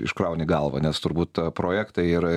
iškrauni galvą nes turbūt projektai ir